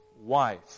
wife